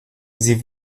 sie